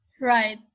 Right